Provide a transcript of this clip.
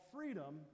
Freedom